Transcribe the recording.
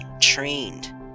trained